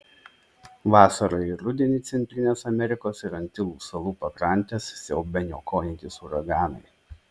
vasarą ir rudenį centrinės amerikos ir antilų salų pakrantes siaubia niokojantys uraganai